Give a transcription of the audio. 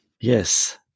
Yes